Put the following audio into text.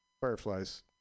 fireflies